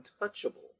untouchable